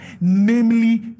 namely